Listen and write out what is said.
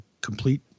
complete